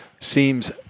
seems